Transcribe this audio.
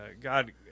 God